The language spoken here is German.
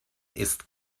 ist